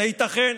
זה ייתכן,